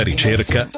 Ricerca